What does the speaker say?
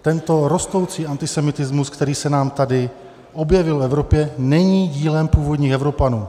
Tento rostoucí antisemitismus, který se nám tady objevil v Evropě, není dílem původních Evropanů.